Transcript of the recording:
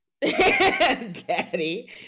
Daddy